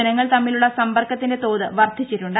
ജനങ്ങൾ തമ്മിലുള്ള സമ്പർക്കത്തിന്റെ തോത് വർധിച്ചിട്ടുണ്ട്